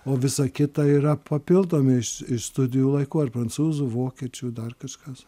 o visa kita yra papildomi iš studijų laikų ar prancūzų vokiečių dar kažkas